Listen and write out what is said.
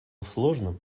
сложным